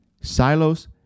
Silos